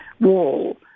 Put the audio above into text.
wall